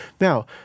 Now